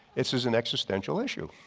this is an existential issue,